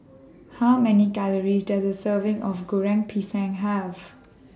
How Many Calories Does A Serving of Goreng Pisang Have